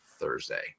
Thursday